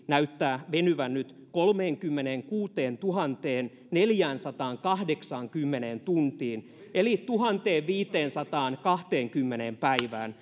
näyttää venyvän nyt kolmeenkymmeneenkuuteentuhanteenneljäänsataankahdeksaankymmeneen tuntiin eli tuhanteenviiteensataankahteenkymmeneen päivään